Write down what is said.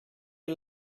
you